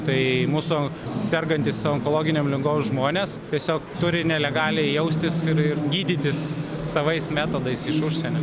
tai mūsų sergantys onkologinėm ligom žmonės tiesiog turi nelegaliai jaustis ir ir gydytis savais metodais iš užsienio